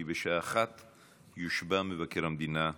כי בשעה 13:00 יושבע מבקר המדינה בכנסת.